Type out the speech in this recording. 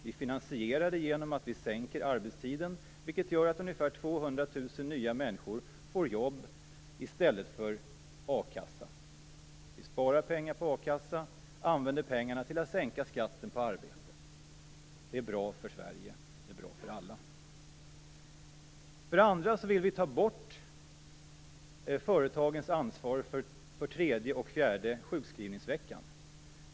Vi finansierar det genom att vi sänker arbetstiden, vilket gör att ungefär Vi sparar pengar på a-kassan och använder pengarna till att sänka skatten på arbete. Det är bra för Sverige - det är bra för alla. För det andra vill vi ta bort företagens ansvar för tredje och fjärde sjukskrivningsveckan.